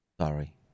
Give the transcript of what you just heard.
Sorry